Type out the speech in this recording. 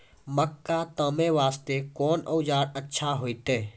मक्का तामे वास्ते कोंन औजार अच्छा होइतै?